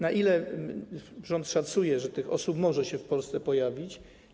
Jak rząd szacuje, ile tych osób może się w Polsce pojawić?